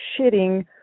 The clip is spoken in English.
shitting